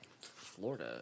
Florida